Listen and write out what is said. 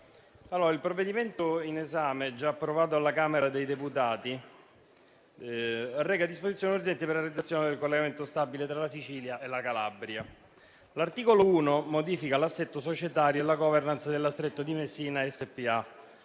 Il provvedimento in esame, già approvato dalla Camera dei deputati, reca disposizioni urgenti per la realizzazione del collegamento stabile tra la Sicilia e la Calabria. L'articolo 1 modifica l'assetto societario e la *governance* della Stretto di Messina SpA,